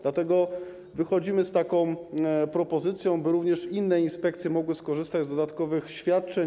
Dlatego wychodzimy z taką propozycją, by również inne inspekcje mogły skorzystać z dodatkowych świadczeń.